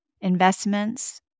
investments